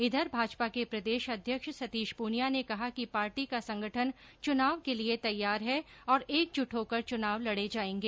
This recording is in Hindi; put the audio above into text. इधर भाजपा के प्रदेश अध्यक्ष सतीश प्रनिया ने कहा कि पार्टी का संगठन चुनाव के लिये तैयार है और एकजुट होकर चुनाव लड़े जायेंगे